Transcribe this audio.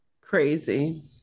Crazy